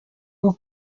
bwo